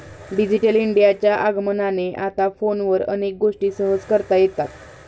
digital इंडियाच्या आगमनाने आता फोनवर अनेक गोष्टी सहज करता येतात